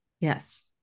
Yes